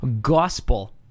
gospel